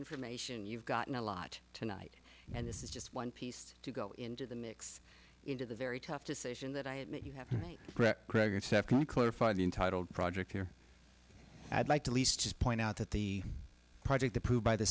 information you've gotten a lot tonight and this is just one piece to go into the mix into the very tough decision that i admit you have to make greg and stephanie clarify the entitled project here i'd like to lease just point out that the project approved by the